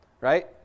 Right